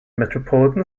metropolitan